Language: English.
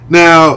now